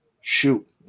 Shoot